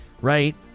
right